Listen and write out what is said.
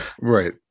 Right